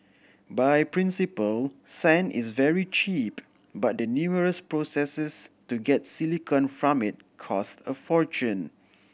by principle sand is very cheap but the numerous processes to get silicon from it cost a fortune